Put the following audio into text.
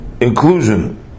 inclusion